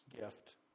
gift